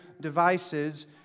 devices